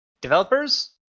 developers